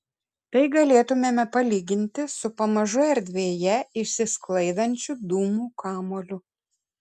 tai galėtumėme palyginti su pamažu erdvėje išsisklaidančiu dūmų kamuoliu